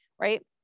right